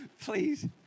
Please